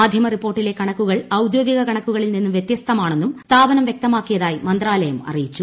മാധൃമ റിപ്പോർട്ടിലെ കണക്കുകൾ ഔദ്യോഗിക കണക്കുകളിൽ നിന്നും വൃതൃസ്തമാണെന്നും സ്ഥാപനം വൃക്തമാക്കിയതായി മന്ത്രാലയം അറിയിച്ചു